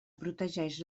protegeix